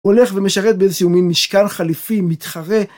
הולך ומשרת באיזה שהוא מין משקל חליפי מתחרה.